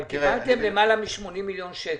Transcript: אבל קיבלתם למעלה מ-80 מיליון שקלים.